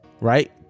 right